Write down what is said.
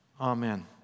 Amen